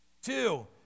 Two